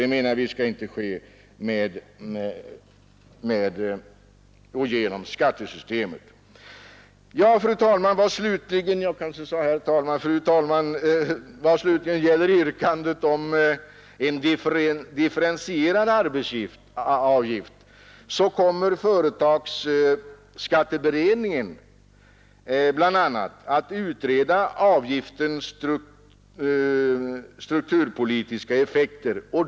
Detta menar vi inte skall ske genom skattesystemet. När det slutligen gäller yrkandet om en differentierad arbetsgivaravgift kommer företagsskatteberedningen bl.a. att utreda avgiftens strukturpolitiska effekter.